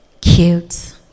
cute